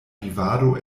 vivado